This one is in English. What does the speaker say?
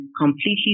completely